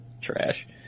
trash